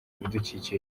ibidukikije